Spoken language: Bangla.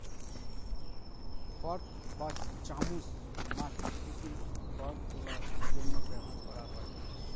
ফর্ক বা চামচ মাটি থেকে খড় তোলার জন্য ব্যবহার করা হয়